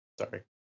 Sorry